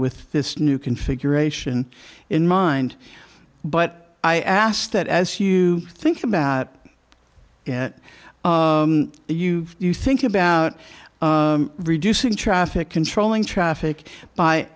with this new configuration in mind but i asked that as you think about you you think about reducing traffic controlling traffic by